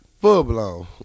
full-blown